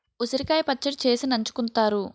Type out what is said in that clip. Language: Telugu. ఉసిరికాయ పచ్చడి చేసి నంచుకుంతారు